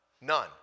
None